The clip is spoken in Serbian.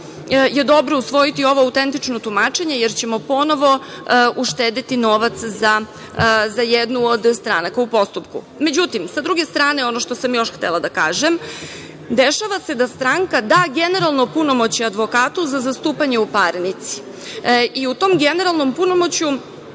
dobro usvojiti ovo autentično tumačenje, jer ćemo ponovo uštedeti novac za jednu od stranaka u postupku.Međutim, sa druge strane, ono što sam još htela da kažem, dešava se da stranka da generalno punomoćje advokatu za zastupanje u parnici i u tom generalnom punomoćju